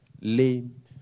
lame